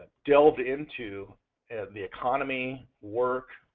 delve into the economy, work,